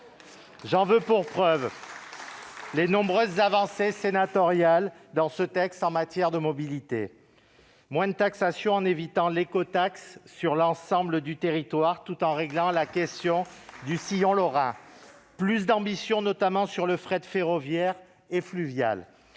J'en veux pour preuve les nombreuses avancées sénatoriales dans ce texte en matière de mobilité : moins de taxations, en évitant l'écotaxe sur l'ensemble du territoire, tout en réglant la question du sillon lorrain ; plus d'ambition, notamment sur le fret ferroviaire et fluvial